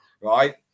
right